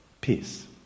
peace